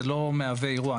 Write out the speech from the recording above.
זה לא מהווה אירוע.